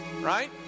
right